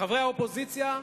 חברי האופוזיציה,